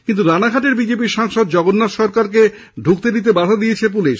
কিন্তু রানাঘাটের বিজেপি সাংসদ জগন্নাথ সরকারকে ঢুকতে দিতে বাধা দিয়েছে পুলিশ